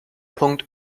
punkt